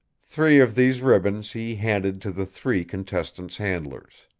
three of these ribbons he handed to the three contestants' handlers.